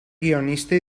guionista